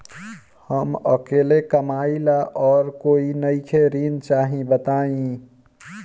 हम अकेले कमाई ला और कोई नइखे ऋण चाही बताई?